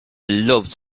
loves